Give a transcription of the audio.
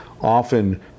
often